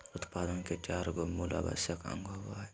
उत्पादन के चार गो मूल आवश्यक अंग होबो हइ